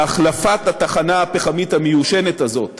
והחלפת התחנה הפחמית המיושנת הזאת